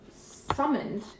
summoned